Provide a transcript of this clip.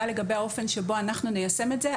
לגבי האופן שבו אנחנו ניישם את זה,